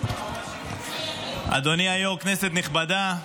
אדוני היושב-ראש, כנסת נכבדה,